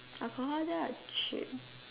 alcohol there are cheap